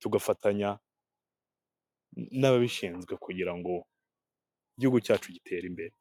tugafatanya n'ababishinzwe kugira ngo igihugu cyacu gitere imbere.